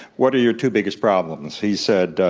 what are your two biggest problems? he said,